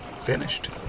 finished